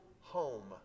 home